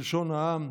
בלשון העם,